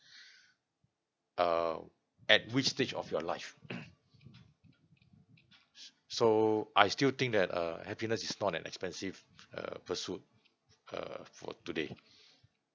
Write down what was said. um at which stage of your life so I still think that uh happiness is not an expensive uh pursuit uh for today